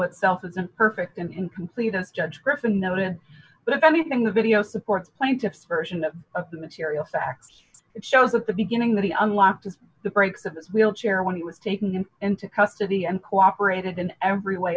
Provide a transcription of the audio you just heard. itself is imperfect and incomplete as judge griffin noted but if anything the video supports plaintiff's version of the material fact it shows at the beginning that he unlocked the brakes of his wheelchair when he was taking him into custody and cooperated in every way